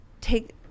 take